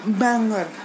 banger